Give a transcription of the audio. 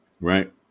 Right